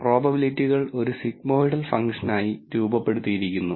പ്രോബബിലിറ്റികൾ ഒരു സിഗ്മോയ്ഡൽ ഫംഗ്ഷനായി രൂപപ്പെടുത്തിയിരിക്കുന്നു